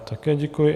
Také děkuji.